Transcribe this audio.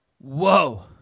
Whoa